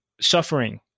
suffering